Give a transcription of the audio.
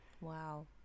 Wow